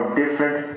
different